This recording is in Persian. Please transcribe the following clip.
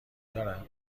دارد